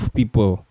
people